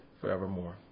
forevermore